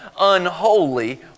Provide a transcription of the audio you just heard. unholy